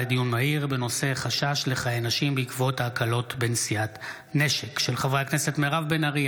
לדיון מהיר של חברי הכנסת מירב בן ארי,